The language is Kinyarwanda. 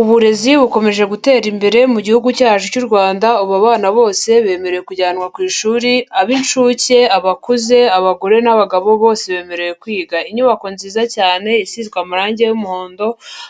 Uburezi bukomeje gutera imbere mu gihugu cyacu cy'u Rwanda ubu abana bose bemerewe kujyanwa ku ishuri ab'incuke, abakuze, abagore, n'abagabo bose bemerewe kwiga. Inyubako nziza cyane isizwe amarangi y'umuhondo